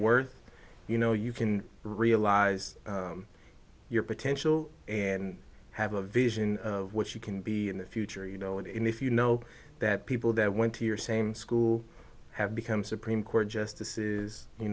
worth you know you can realize your potential and have a vision of what you can be in the future you know and even if you know that people that went to your same school have become supreme court justices you